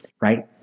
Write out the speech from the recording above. right